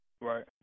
Right